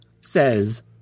says –